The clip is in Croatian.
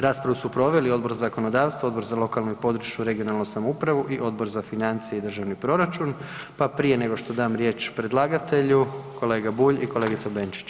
Raspravu su proveli Odbor za zakonodavstvo, Odbor za lokalnu i područnu (regionalnu) samoupravu i Odbor za financije i državni proračun, pa prije nego što dam riječ predlagatelju kolega Bulj i kolegica Benčić.